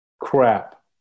crap